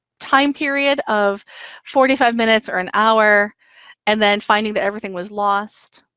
time period of forty five minutes or an hour and then finding that everything was lost.